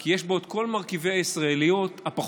כי יש בו את כל מרכיבי הישראליות הפחות-טובים,